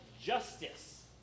justice